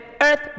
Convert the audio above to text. earth